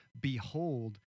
Behold